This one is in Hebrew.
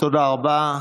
תודה רבה.